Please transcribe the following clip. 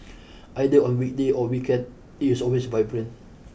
either on weekday or weekend it is always vibrant